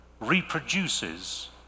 reproduces